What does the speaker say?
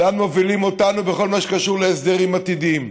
לאן מובילים אותנו בכל מה שקשור להסדרים עתידיים.